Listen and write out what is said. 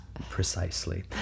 precisely